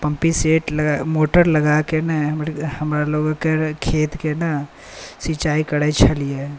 पम्पीसेटमे motor लगाके ने हमर गाममे हमरा लोकके खेतके ने सिंचाई करै छलियै